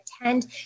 attend